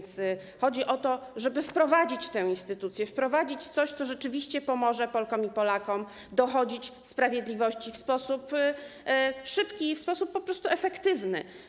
Chodzi o to, żeby wprowadzić tę instytucję, wprowadzić coś, co rzeczywiście pomoże Polkom i Polakom dochodzić sprawiedliwości w sposób szybki i w sposób efektywny.